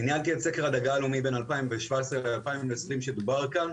ניהלתי את סקר הדגה הלאומי בין 2017 2020 שהוזכר כאן,